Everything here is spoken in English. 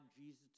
Jesus